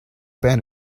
bend